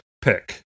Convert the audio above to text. pick